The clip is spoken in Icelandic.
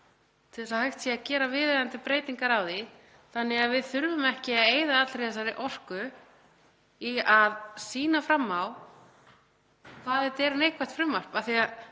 nú þegar svo hægt sé að gera viðeigandi breytingar á því, þannig að við þurfum ekki að eyða allri þessari orku í að sýna fram á hvað þetta sé neikvætt frumvarp.